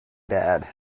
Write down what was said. bad